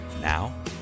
Now